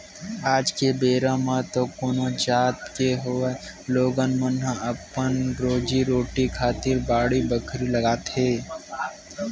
आज के बेरा म तो कोनो जात के होवय लोगन मन ह अपन रोजी रोटी खातिर बाड़ी बखरी लगाथे